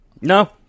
No